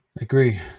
agree